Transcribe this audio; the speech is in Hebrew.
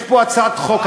יש פה הצעת חוק.